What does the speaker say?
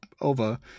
over